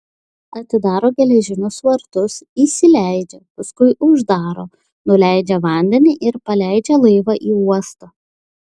atidaro geležinius vartus įsileidžia paskui uždaro nuleidžia vandenį ir paleidžia laivą į uostą